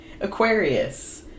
Aquarius